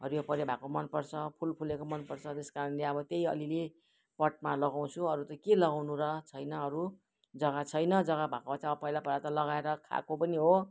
हरियोपरियो भएको मनपर्छ फुल फुलेको मनपर्छ त्यस कारणले अब त्यही अलिअलि पटमा लगाउँछु अरू त के लगाउनु र छैन अरू जग्गा छैन जग्गा भएको भए त अब पहिला पहिला त लगाएर खाएको पनि हो